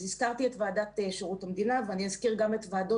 אז הזכרתי את ועדת שירות המדינה ואני אזכיר גם את ועדות